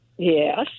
Yes